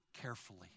carefully